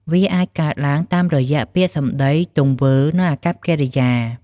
វាអាចកើតឡើងតាមរយៈពាក្យសម្ដី ទង្វើ និងអាកប្បកិរិយា។